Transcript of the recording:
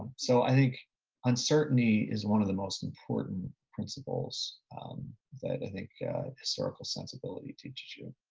so i think uncertainty is one of the most important principles that i think historical sensibility teaches you.